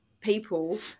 people